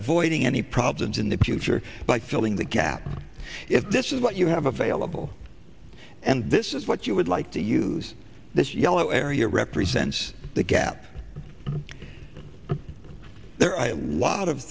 avoiding any problems in the future by filling the gap if this is what you have available and this is what you would like to use this yellow area represents the gap there